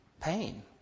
Pain